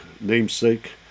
namesake